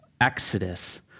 Exodus